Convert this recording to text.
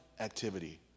activity